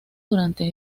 durante